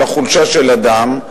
אלא חולשה של אדם,